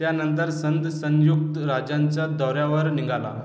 त्यानंतर संद्र संयुक्त राजांच्या दौऱ्यावर निघाला